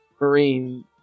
marine